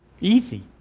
easy